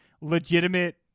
legitimate